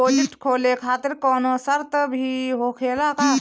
Deposit खोले खातिर कौनो शर्त भी होखेला का?